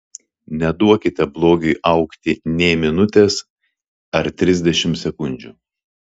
neduokite blogiui augti nė minutės ar trisdešimt sekundžių